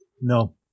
no